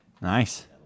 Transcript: Nice